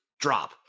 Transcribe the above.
Drop